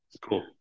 Cool